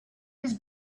his